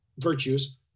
virtues